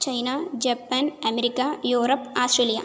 China Japan America Europe Australia